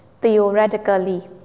theoretically